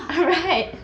right